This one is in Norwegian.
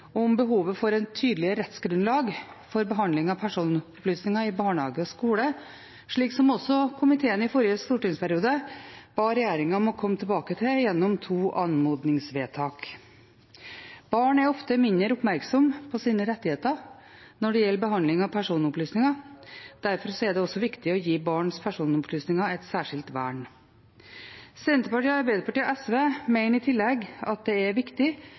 om behovet for et tydelig rettsgrunnlag for behandling av personopplysninger i barnehage og skole, slik som også komiteen i forrige stortingsperiode ba regjeringen om å komme tilbake til gjennom to anmodningsvedtak. Barn er ofte mindre oppmerksom på sine rettigheter når det gjelder behandling av personopplysninger. Derfor er det også viktig å gi barns personopplysninger et særskilt vern. Senterpartiet, Arbeiderpartiet og SV mener i tillegg at det er viktig